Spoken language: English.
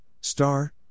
star